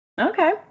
Okay